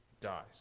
dies